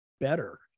better